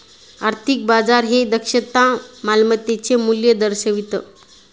आर्थिक बाजार हे दक्षता मालमत्तेचे मूल्य दर्शवितं